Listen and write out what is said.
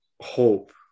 hope